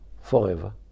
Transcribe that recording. forever